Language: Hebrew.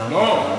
לא.